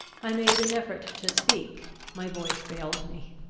i made an effort to speak my voice failed me.